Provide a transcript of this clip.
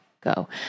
go